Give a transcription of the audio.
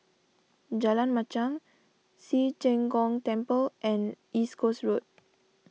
Jalan Machang Ci Zheng Gong Temple and East Coast Road